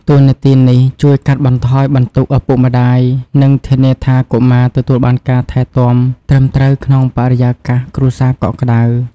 តួនាទីនេះជួយកាត់បន្ថយបន្ទុកឪពុកម្តាយ និងធានាថាកុមារទទួលបានការថែទាំត្រឹមត្រូវក្នុងបរិយាកាសគ្រួសារកក់ក្តៅ។